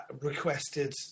requested